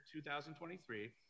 2023